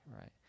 right